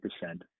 percent